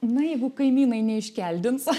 na jeigu kaimynai neiškeldins